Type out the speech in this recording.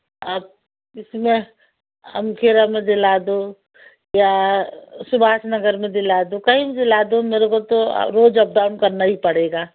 आप इसमें अमखेरा में दिला दो या सुभाष नगर में दिला दो कहीं दिला दो मेरे को तो रोज़ अप डाउन करना ही पड़ेगा